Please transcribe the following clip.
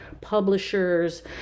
publishers